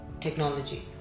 technology